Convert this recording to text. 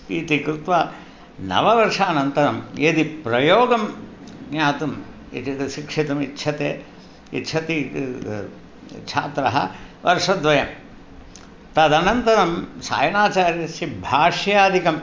इति कृत्वा नववर्षानन्तरं यदि प्रयोगं ज्ञातुम् एतत् शिक्षितुम् इच्छते इच्छति छात्रः वर्षद्वयं तदनन्तरं सायणाचार्यस्य भाष्यादिकम्